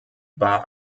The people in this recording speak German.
war